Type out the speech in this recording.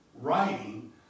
writing